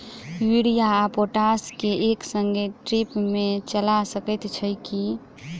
Urea आ potash केँ एक संगे ड्रिप मे चला सकैत छी की?